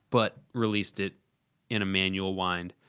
but released it in a manual wind.